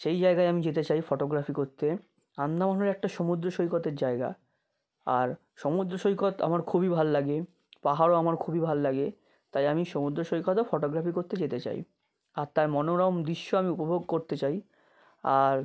সেই জায়গায় আমি যেতে চাই ফটোগ্রাফি করতে আন্দামানের একটা সমুদ্র সৈকতের জায়গা আর সমুদ্র সৈকত আমার খুবই ভালো লাগে পাহাড়ও আমার খুবই ভালো লাগে তাই আমি সমুদ্র সৈকতেও ফটোগ্রাফি করতে যেতে চাই আর তার মনোরম দৃশ্য আমি উপভোগ করতে চাই আর